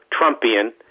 Trumpian